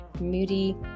moody